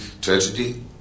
tragedy